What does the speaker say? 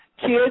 kids